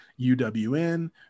UWN